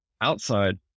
outside